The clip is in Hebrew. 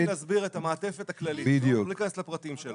אני אסביר את המעטפת הכללית ולא ניכנס לפרטים.